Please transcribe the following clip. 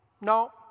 No